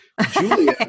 Julia